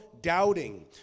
doubting